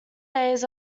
days